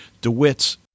DeWitt's